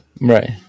Right